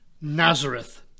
Nazareth